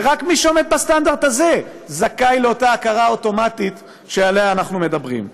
ורק מי שעומד בסטנדרט הזה זכאי לאותה הכרה אוטומטית שעליה אנחנו מדברים.